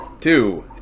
Two